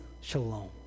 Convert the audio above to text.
shalom